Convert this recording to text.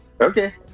okay